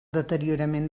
deteriorament